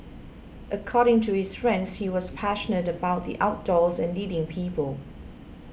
according to his friends he was passionate about the outdoors and leading people